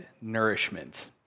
nourishment